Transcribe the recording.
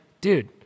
dude